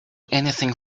anything